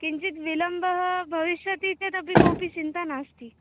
किञ्चिद् विलम्बः भविष्यति चेत् अपि कोऽपि चिन्ता नास्ति